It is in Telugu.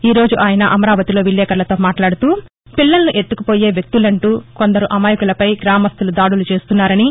ఈరోజు ఆయన అమరావతిలో విలేకర్లతో మాట్లాడుతూపిల్లలను ఎత్తుకుపోయే వ్యక్తులంటూ కొందరు అమాయకులపై గ్రామస్థలు దాడులు చేస్తున్నారని